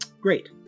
Great